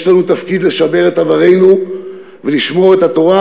יש לנו תפקיד לשמר את עברנו ולשמור את התורה,